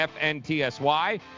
FNTSY